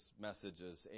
messages